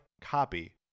copy